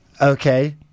okay